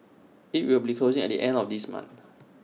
IT will be closing at the end of this month